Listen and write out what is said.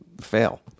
fail